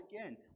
again